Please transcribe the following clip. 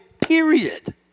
period